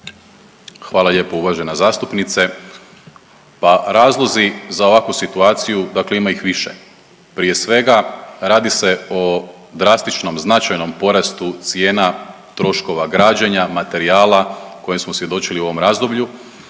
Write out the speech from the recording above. Hvala lijepo uvažena zastupnice. Pa razlozi za ovakvu situaciju dakle ima ih više. Prije svega radi se o drastičnom, značajnom porastu cijena troškova građenja, materijala kojem smo svjedočili u ovom razdoblju